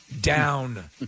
down